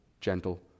gentle